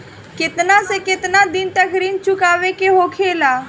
केतना से केतना दिन तक ऋण चुकावे के होखेला?